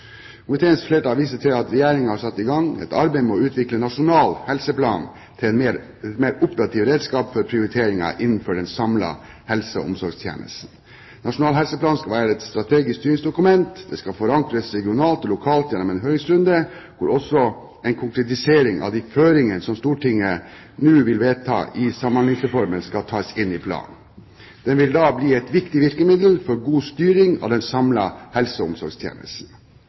Komiteens flertall viser til at Regjeringen har satt i gang arbeidet med å utvikle Nasjonal helseplan til et mer operativt redskap for prioriteringer innenfor den samlede helse- og omsorgstjenesten. Nasjonal helseplan skal være et strategisk styringsdokument, det skal forankres regionalt og lokalt gjennom en høringsrunde, hvor også en konkretisering av de føringer som Stortinget nå vil vedta i forbindelse med Samhandlingsreformen, skal tas inn i planen. Den vil da bli et viktig virkemiddel for god styring av den samlede helse- og omsorgstjenesten.